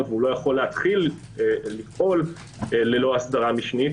ולא יכול להתחיל לפעול ללא הסדרה משנית